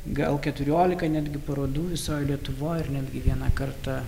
gal keturiolika netgi parodų visoj lietuvoj ar netgi vieną kartą